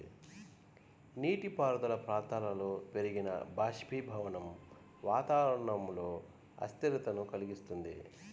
నీటిపారుదల ప్రాంతాలలో పెరిగిన బాష్పీభవనం వాతావరణంలో అస్థిరతను కలిగిస్తుంది